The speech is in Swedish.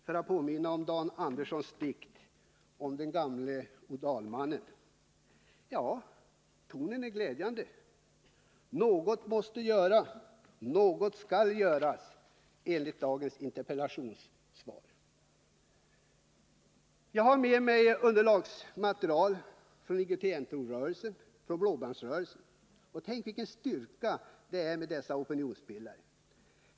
För att påminna om Dan Anderssons dikt om den gamle odalmannen kan man fråga: Är det andra tider nu? Ja, tonen är glädjande: Något måste göras och något skall göras enligt dagens interpellationssvar. Jag har med mig till dagens debatt underlagsmaterial från t.ex. IOGT NTO-rörelsen och Blåbandsrörelsen. Tänk vilken styrka dessa opinionsbildare har!